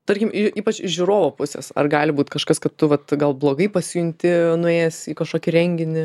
tarkim į iš žiūrovo pusės ar gali būt kažkas kad tu vat gal blogai pasijunti nuėjęs į kažkokį renginį